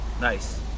Nice